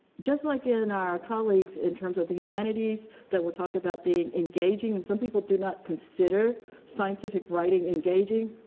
just like in our colleagues in terms of the humanities that we talked about being engaging, and some people do not consider scientific writing engaging.